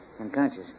Unconscious